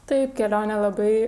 taip kelionė labai